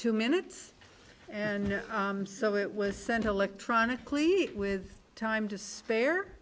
two minutes and so it was sent electronically with time to spare